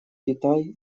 китай